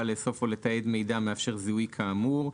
לאסוף או לתעד מידע המאפשר זיהוי כאמור".